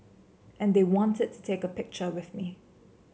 and they wanted to take a picture with me